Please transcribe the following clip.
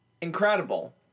incredible